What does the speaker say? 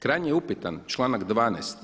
Krajnje je upitan članak 12.